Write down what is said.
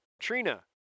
Trina